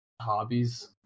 hobbies